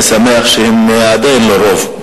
אני שמח שהם עדיין לא רוב,